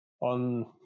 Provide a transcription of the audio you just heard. on